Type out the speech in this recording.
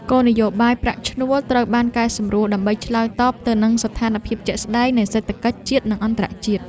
គោលនយោបាយប្រាក់ឈ្នួលត្រូវបានកែសម្រួល ដើម្បីឆ្លើយតបទៅនឹងស្ថានភាពជាក់ស្តែងនៃសេដ្ឋកិច្ចជាតិនិងអន្តរជាតិ។